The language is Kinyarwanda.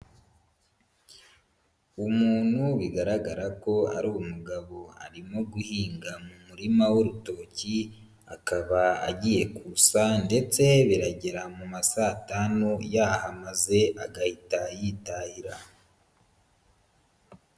Umuntu bigaragara ko ari umugabo arimo guhinga mu murima w'urutoki akaba agiye kusa ndetse biragera mu ma saa tanu yahamaze agahita yitahira.